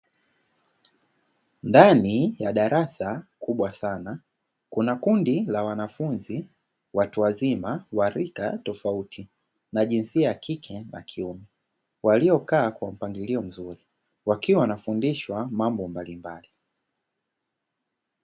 Ndani ya darasa kubwa sana kuna kundi la wanafunzi watu wazima wa rika tofauti na jinsia ya kike na wakiume, waliokaa kwa mpangilio mzurii wakiwa wanafundishwa mambo mbalimbali.